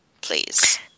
please